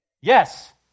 Yes